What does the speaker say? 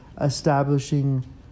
establishing